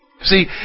See